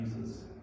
Jesus